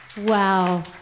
wow